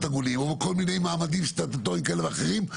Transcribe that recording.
עגולים ובכל מיני מעמדים סטטוטוריים כאלה ואחרים,